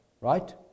right